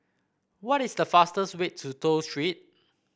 what is the fastest way to Toh Street